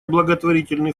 благотворительный